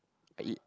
I eat